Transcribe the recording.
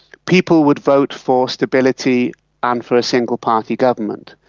people would vote for stability and for a single party government.